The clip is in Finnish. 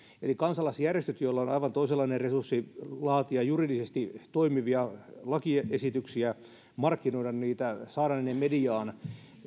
eli kansalaisjärjestöt joilla on aivan toisenlainen resurssi laatia juridisesti toimivia lakiesityksiä markkinoida niitä saada ne ne mediaan